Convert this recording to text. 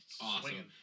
Awesome